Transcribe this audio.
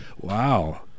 Wow